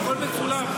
והכול מצולם,